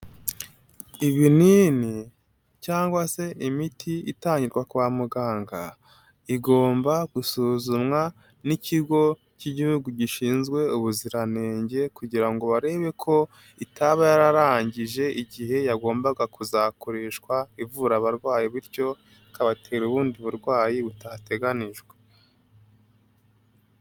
Ibinini cyangwa se imiti itangirwa kwa muganga, igomba gusuzumwa n'ikigo cy'igihugu gishinzwe ubuziranenge kugira ngo barebe ko itaba yararangije igihe yagombaga kuzakoreshwa ivura abarwayi bityo ikabatera ubundi burwayi butateganijwe.